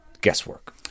guesswork